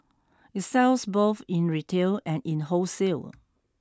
it sells both in retail and in wholesale